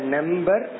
Number